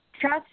trust